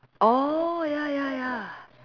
oh ya ya ya